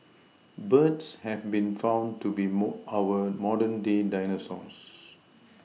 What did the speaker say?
birds have been found to be our modern day dinosaurs